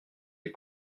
des